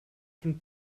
von